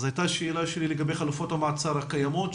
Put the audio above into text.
הייתה שאלה שלי לגבי חלופות המעצר הקיימות,